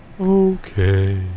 Okay